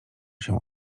się